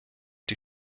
die